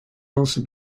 also